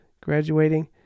graduating